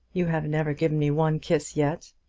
you have never given me one kiss yet.